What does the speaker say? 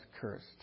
cursed